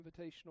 invitational